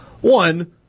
One